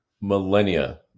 millennia